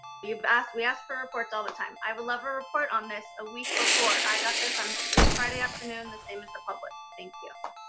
we've asked, we ask for reports all the time. i would love a report on this a week before. i got this on late friday afternoon, the same as the public, thank you.